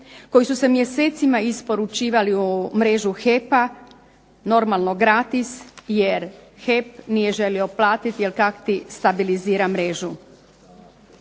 koji su se mjesecima isporučivali u mrežu HEP-a, normalno gratis, jer HEP nije želio platiti jer stabilizira mrežu.